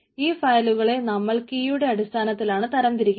ഈ ഫയലുകളെ നമ്മൾ കീയുടെ അടിസ്ഥാനത്തിലാണ് തരംതിരിക്കുന്നത്